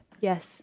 Yes